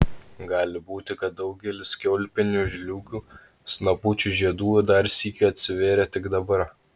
gali būti kad daugelis kiaulpienių žliūgių snapučių žiedų dar sykį atsivėrė tik dabar